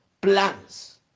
plans